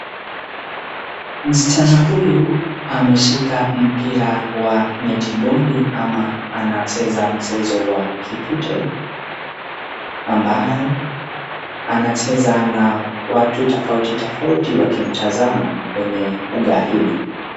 Msichana huyu ameshika mpira wa netiboli ama anacheza mchezo kipute, ambayo anacheza ana watu tofauti tofauti wakimtazama kweny uga hili.